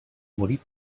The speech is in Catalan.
morir